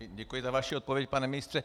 Děkuji za vaši odpověď, pane ministře.